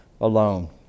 alone